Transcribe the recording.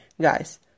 guys